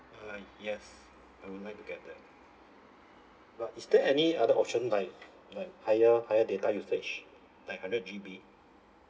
uh yes I would like to get that but is there any other option like like higher higher data usage like hundred G_B